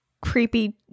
creepy